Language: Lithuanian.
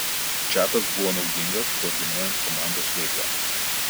čatas buvo naudingas koordinuojant komandos veiklą